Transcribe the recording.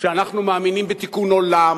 שאנחנו מאמינים בתיקון עולם,